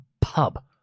pub